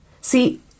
See